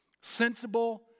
sensible